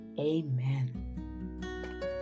Amen